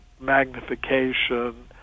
magnification